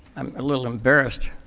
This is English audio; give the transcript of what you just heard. i'm a little embarrassed.